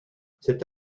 cette